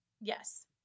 yes